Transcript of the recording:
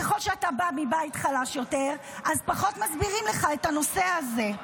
ככל שאתה בא מבית חלש יותר אז פחות מסבירים לך את הנושא הזה.